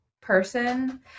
person